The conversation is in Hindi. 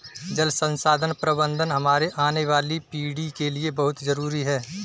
जल संसाधन प्रबंधन हमारी आने वाली पीढ़ी के लिए बहुत जरूरी है